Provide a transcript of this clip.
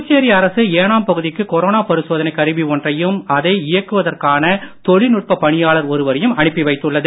புதுச்சேரி அரசு ஏனாம் பகுதிக்கு கொரோனா பரிசோதனை கருவி ஒன்றையும் அதை இயக்குவதற்கான தொழில்நுட்ப பணியாளர் ஒருவரையும் அனுப்பி வைத்துள்ளது